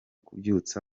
kubyutsa